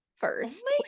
First